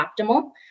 optimal